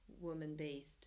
woman-based